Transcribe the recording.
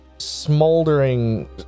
smoldering